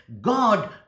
God